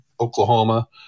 Oklahoma